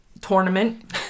tournament